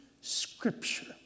scripture